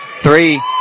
three